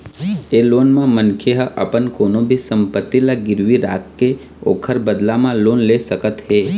ए loan म मनखे ह अपन कोनो भी संपत्ति ल गिरवी राखके ओखर बदला म लोन ले सकत हे